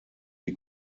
die